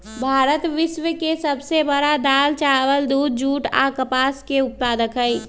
भारत विश्व के सब से बड़ दाल, चावल, दूध, जुट आ कपास के उत्पादक हई